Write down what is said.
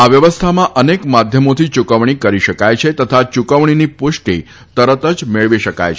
આ વ્યવસ્થામાં અનેક માધ્યમોથી યુકવણી કરી શકાય છે તથા યુકવણીની પુષ્ટિ તરત જ મેળવી શકાય છે